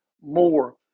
more